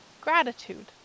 gratitude